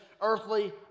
earthly